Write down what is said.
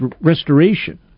restoration